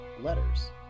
letters